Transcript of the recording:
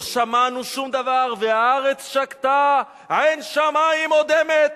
לא שמענו שום דבר, והארץ שקטה, עין שמים אודמת.